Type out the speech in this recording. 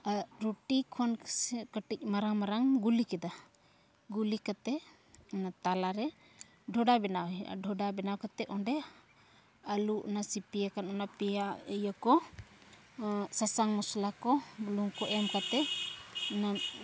ᱨᱩᱴᱤ ᱠᱷᱚᱱ ᱥᱮ ᱠᱟᱹᱴᱤᱡ ᱢᱟᱨᱟᱝ ᱢᱟᱨᱟᱝ ᱜᱩᱞᱤ ᱠᱮᱫᱟ ᱜᱩᱞᱤ ᱠᱟᱛᱮᱫ ᱚᱱᱟ ᱛᱟᱞᱟᱨᱮ ᱰᱷᱚᱰᱟ ᱵᱮᱱᱟᱣ ᱦᱩᱭᱩᱜᱼᱟ ᱰᱷᱚᱰᱟ ᱵᱮᱱᱟᱣ ᱠᱟᱛᱮᱫ ᱚᱸᱰᱮ ᱟᱹᱞᱩ ᱚᱱᱟ ᱥᱤᱯᱤ ᱟᱠᱟᱱ ᱚᱱᱟ ᱯᱮᱭᱟ ᱤᱭᱟᱹ ᱠᱚ ᱥᱟᱥᱟᱝ ᱢᱚᱥᱞᱟ ᱠᱚ ᱵᱩᱞᱩᱝ ᱠᱚ ᱮᱢ ᱠᱟᱛᱮᱫ ᱚᱱᱟ